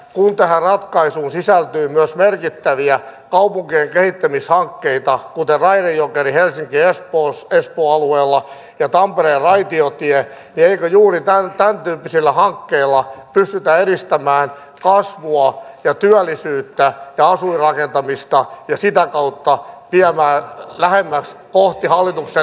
kun tähän ratkaisuun sisältyy myös merkittäviä kaupunkien kehittämishankkeita kuten raide jokeri helsinkiespoo alueella ja tampereen raitiotie niin eikö juuri tämäntyyppisillä hankkeilla pystytä edistämään kasvua ja työllisyyttä ja asuinrakentamista ja sitä kautta etenemään lähemmäs kohti hallituksen työllisyystavoitetta